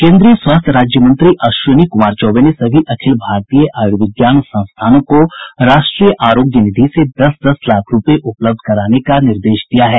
केन्द्रीय स्वास्थ्य राज्य मंत्री अश्विनी कुमार चौबे ने सभी अखिल भारतीय आयूर्विज्ञान संस्थानों को राष्ट्रीय आरोग्य निधि से दस दस लाख रूपये उपलब्ध कराने का निर्देश दिया है